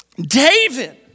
David